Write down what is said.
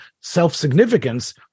self-significance